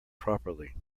properly